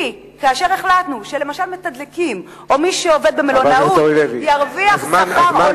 כי כאשר החלטנו שלמשל מתדלקים או מי שעובד במלונאות ירוויח שכר הולם,